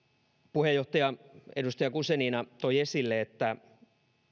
puheenjohtaja edustaja guzenina toi esille että